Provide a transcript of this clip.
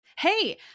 Hey